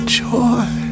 joy